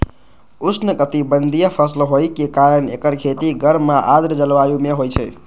उष्णकटिबंधीय फसल होइ के कारण एकर खेती गर्म आ आर्द्र जलवायु मे होइ छै